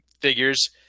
figures